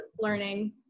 learning